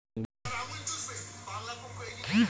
ইউরোপে এক রকমের উদ্ভিদ আর ফুল হছে পেরিউইঙ্কেল